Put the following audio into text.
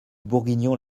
bourguignon